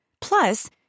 Plus